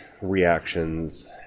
reactions